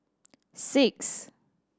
six